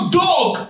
dog